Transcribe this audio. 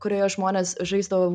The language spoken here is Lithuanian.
kurioje žmonės žaisdavo